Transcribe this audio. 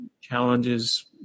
challenges